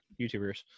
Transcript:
youtubers